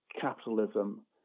capitalism